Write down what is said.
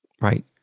right